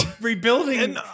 Rebuilding